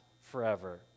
forever